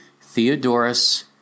Theodorus